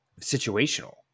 situational